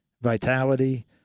vitality